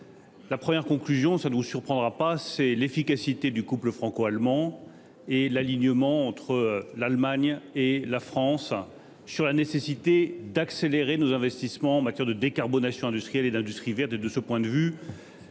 La première conclusion, cela ne vous surprendra pas, c'est l'efficacité du couple franco-allemand et l'alignement entre l'Allemagne et la France sur la nécessité d'accélérer nos investissements en matière de décarbonation industrielle et d'industrie verte. De ce point de vue,